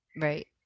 Right